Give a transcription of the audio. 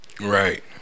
Right